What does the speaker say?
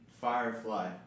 firefly